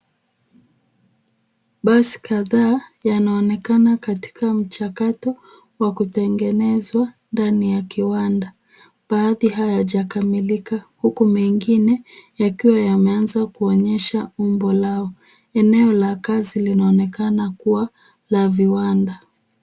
Basi kadhaa yanaonekana katika mchakato wa kutengeneza ndani ya kiwanda. Baadhi hayajakamilika huku mengine yakiwa yameanza kuonyesha umbo lao. Eneo la wazi linaonekana kuwa la viwanda.